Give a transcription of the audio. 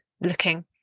looking